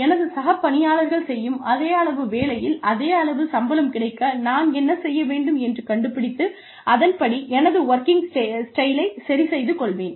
எனது சக பணியாளர்கள் செய்யும் அதே அளவு வேளையில் அதே அளவு சம்பளம் கிடைக்க நான் என்ன செய்ய வேண்டும் என்று கண்டுபிடித்து அதன்படி எனது வொர்கிங் ஸ்டைலை சரிசெய்து கொள்வேன்